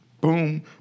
Boom